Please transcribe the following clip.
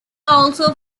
also